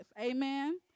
amen